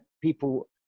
people